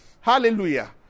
Hallelujah